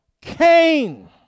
Cain